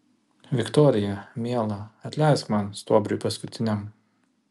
viktorija miela atleisk man stuobriui paskutiniam